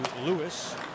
Lewis